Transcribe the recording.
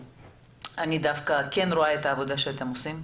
אני דווקא רואה את העבודה שאתם עושים,